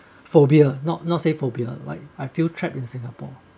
phobia not not say phobia like I feel trapped in singapore